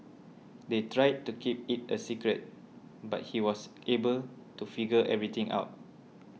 they tried to keep it a secret but he was able to figure everything out